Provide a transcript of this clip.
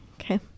Okay